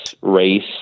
race